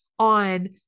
On